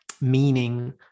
meaning